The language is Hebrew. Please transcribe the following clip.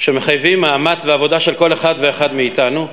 שמחייבים מאמץ ועבודה של כל אחד ואחד מאתנו.